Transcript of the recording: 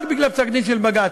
רק בגלל פסק-דין של בג"ץ.